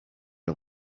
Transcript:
are